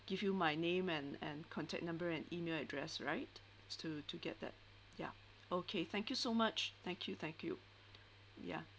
give you my name and and contact number and email address right to to get that ya okay thank you so much thank you thank you ya